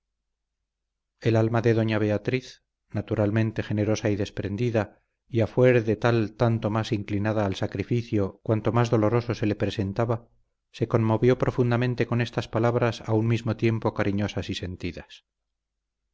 el alma de doña beatriz naturalmente generosa y desprendida y a fuer de tal tanto más inclinada al sacrificio cuanto más doloroso se le presentaba se conmovió profundamente con estas palabras a un mismo tiempo cariñosas y sentidas